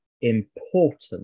important